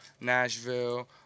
Nashville